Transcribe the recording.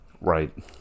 right